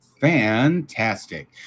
Fantastic